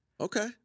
Okay